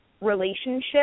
relationship